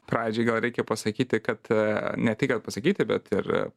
pradžioj gal reikia pasakyti kad ne tik kad pasakyti bet ir